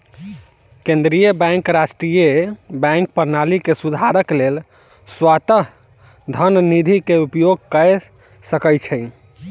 केंद्रीय बैंक राष्ट्रीय बैंक प्रणाली के सुधारक लेल स्वायत्त धन निधि के उपयोग कय सकै छै